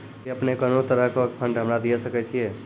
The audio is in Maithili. कि अपने कोनो तरहो के फंड हमरा दिये सकै छिये?